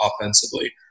offensively